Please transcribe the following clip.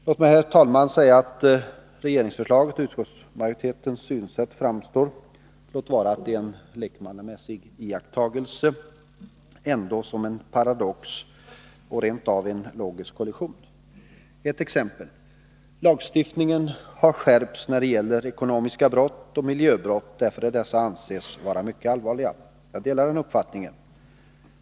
Låt mig, herr talman, säga att regeringsförslaget och utskottsmajoritetens synsätt framstår — låt vara att detta är en lekmannamässig iakttagelse — som en paradox, ja rent av som en logisk kollision. Ett exempel. Lagstiftningen har skärpts när det gäller ekonomiska brott och miljöbrott, därför att dessa anses vara mycket allvarliga. Jag delar denna uppfattning.